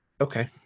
okay